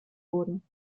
wurden